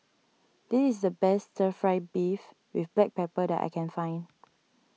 this is the best Stir Fry Beef with Black Pepper that I can find